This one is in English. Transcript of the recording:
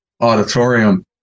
auditorium